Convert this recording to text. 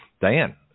Diane